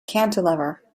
cantilever